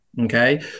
Okay